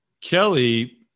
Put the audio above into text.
Kelly